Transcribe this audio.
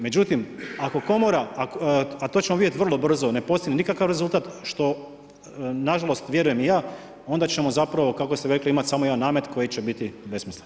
Međutim, ako Komora, a to ćemo vidjeti vrlo brzo, ne postigne nikakav rezultat, što nažalost, vjerujem i ja, onda ćemo zapravo, kako ste rekli imati samo jedan namet koji će biti besmislen.